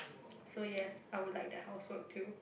so yes I would like the house work too